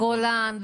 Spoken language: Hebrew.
ברמת הגולן,